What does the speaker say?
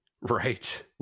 Right